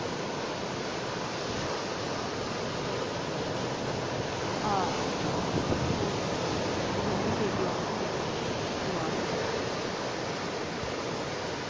आं ओह् ठीक ऐ बिल बी भेजी ओड़ेओ नी समान दी